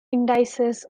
indices